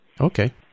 Okay